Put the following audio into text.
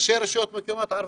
ראשי הרשויות הערביות,